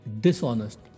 dishonest